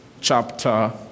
chapter